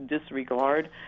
disregard